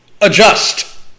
adjust